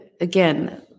again